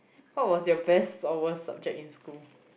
what was your best or worst subject in school